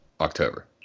October